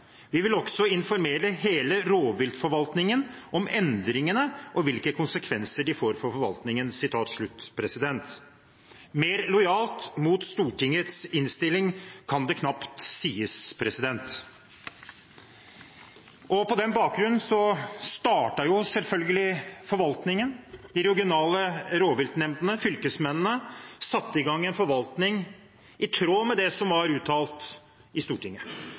Vi vil også informere hele rovviltforvaltningen om endringene og hvilke konsekvenser de får for forvaltningen.» Mer lojalt mot Stortingets innstilling kan det knapt sies å være. På den bakgrunnen startet selvfølgelig forvaltningen. De regionale rovviltnemndene og fylkesmennene satte i gang en forvaltning i tråd med det som var uttalt i Stortinget.